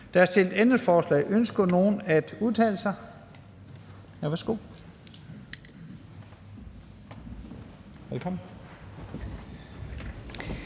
Der er stillet ændringsforslag. Ønsker nogen at udtale sig?